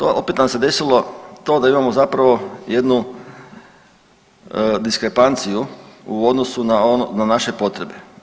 Opet nam se desilo to da imamo zapravo jednu diskrepanciju u odnosu na naše potrebe.